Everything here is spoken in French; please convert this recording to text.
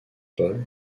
paul